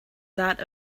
that